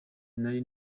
nari